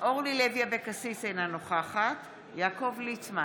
אורלי לוי אבקסיס, אינה נוכחת יעקב ליצמן,